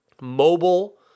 mobile